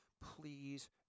please